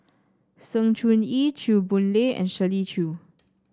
Sng Choon Yee Chew Boon Lay and Shirley Chew